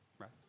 right